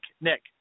Nick